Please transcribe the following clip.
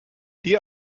die